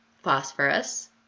phosphorus